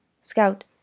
Scout